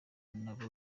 nabo